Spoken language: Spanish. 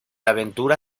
aventura